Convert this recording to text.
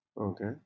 Okay